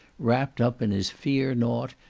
wrapt up in his fear-nought,